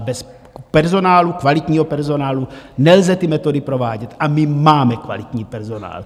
Bez personálu, kvalitního personálu, nelze ty metody provádět, a my máme kvalitní personál.